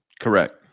Correct